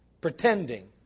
pretending